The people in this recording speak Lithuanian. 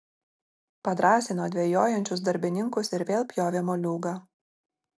padrąsino dvejojančius darbininkus ir vėl pjovė moliūgą